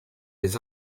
des